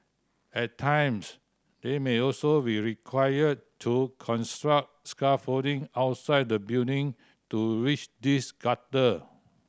at times they may also be required to construct scaffolding outside the building to reach these gutter